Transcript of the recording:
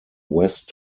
west